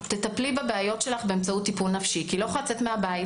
תטפלי בבעיות שלך באמצעות טיפול נפשי כי היא לא יכולה לצאת מהבית